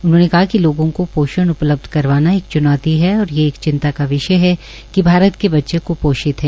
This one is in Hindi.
उन्होंने कहा कि लोगों को पोषण उपलब्ध करवाना एक च्नौती है कि ये एक चिंता का विषय है कि भारत के बच्चे क्पोषित है